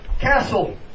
castle